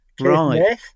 Right